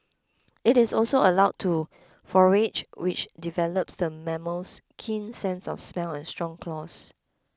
it is also allowed to forage which develops the mammal's keen sense of smell and strong claws